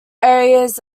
areas